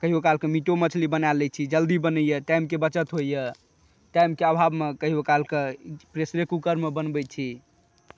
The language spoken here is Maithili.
कहियो काल कऽ मीटो मछली बना लै छी जल्दी बनैया टाइम के बचत होइया टाइम के अभावमे कहियो काल कऽ प्रेशरे कुकर मे बनबै छी